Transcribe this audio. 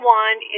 one